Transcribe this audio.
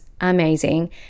amazing